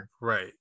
right